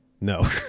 No